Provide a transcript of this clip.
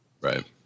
Right